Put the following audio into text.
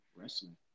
wrestling